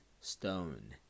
stone